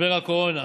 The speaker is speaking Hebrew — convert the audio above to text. משבר הקורונה.